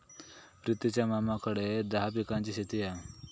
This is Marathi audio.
प्रितीच्या मामाकडे दहा पिकांची शेती हा